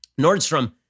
Nordstrom